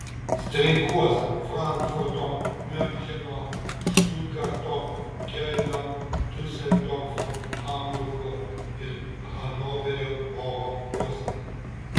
streikuos frankfurto miuncheno štutgarto kelno diuseldorfo hamburgo ir hanoverio oro uostai